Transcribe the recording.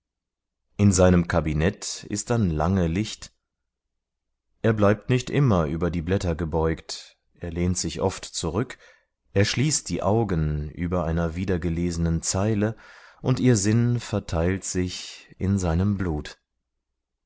in seinem kabinett ist dann lange licht er bleibt nicht immer über die blätter gebeugt er lehnt sich oft zurück er schließt die augen über einer wiedergelesenen zeile und ihr sinn verteilt sich in seinem blut